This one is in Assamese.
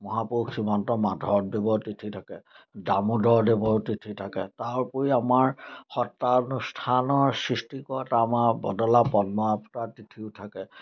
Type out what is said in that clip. মহাপুৰুষ শ্ৰীমন্ত মাধৱদেৱৰ তিথি থাকে দামোদেৱৰ তিথি থাকে তাৰ উপৰি আমাৰ সত্ৰানুষ্ঠানৰ সৃষ্টিকৰ্তা আমাৰ বদলা তিথিও থাকে